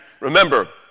Remember